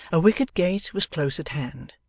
a wicket gate was close at hand,